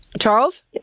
Charles